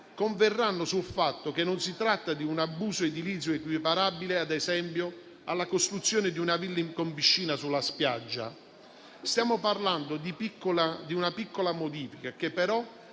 converranno sul fatto che non si tratta di un abuso edilizio equiparabile, ad esempio, alla costruzione di una villa con piscina sulla spiaggia. Stiamo parlando di una piccola modifica, che però